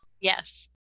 Yes